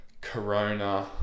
corona